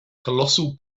colossal